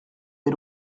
des